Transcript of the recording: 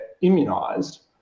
immunized